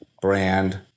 brand